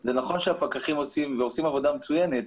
זה נכון שהפקחים עושים ועושים עבודה מצוינת,